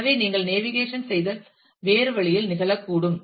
எனவே நீங்கள் நேவிகேஷன் செய்தல் வேறு வழியில் நிகழக்கூடும்